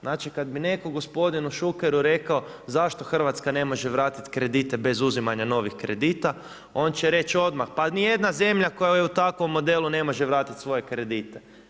Znači, kad bi netko gospodinu Šukeru rekao zašto Hrvatska ne može vratiti kredite bez uzimanja novih kredita, on će reći odmah pa nijedna zemlja koja je u takvom modelu, ne može vratit svoje kredite.